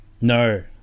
No